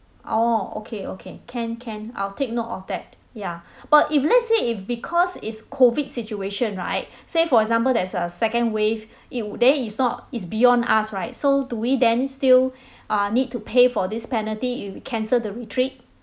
oh okay okay can can I'll take note of that ya but if let's say if because it's COVID situation right say for example there's a second wave it would then it's not it's beyond us right so do we then still uh need to pay for this penalty if we cancel the retreat